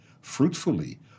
fruitfully